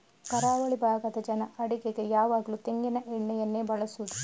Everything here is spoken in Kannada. ಕರಾವಳಿ ಭಾಗದ ಜನ ಅಡಿಗೆಗೆ ಯಾವಾಗ್ಲೂ ತೆಂಗಿನ ಎಣ್ಣೆಯನ್ನೇ ಬಳಸುದು